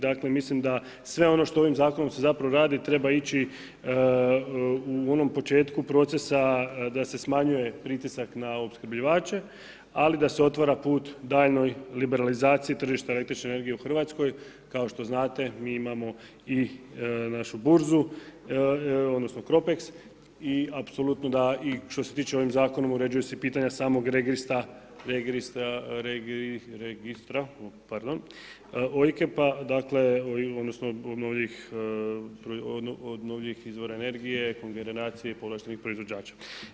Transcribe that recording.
Dakle, mislim da sve ono što ovim zakonom se zapravo radi treba ići u onom početku procesa da se smanjuje pritisak na opskrbljivače, ali da se otvara put daljnjoj liberalizaciji tržišta električne energije u Hrvatskoj kao što znate mi imamo i našu burzu, odnosno KROPEKS, i apsolutno da što se tiče ovim zakonom uređuje se pitanje samog registra …, odnosno obnovljivih izvora energije kongeneracije povlaštenih proizvođača.